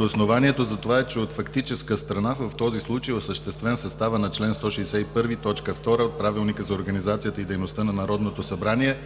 Основанието за това е, че от фактическа страна в този случай е осъществен съставът на чл. 161, т. 2 от Правилника за организацията и дейността на Народното събрание.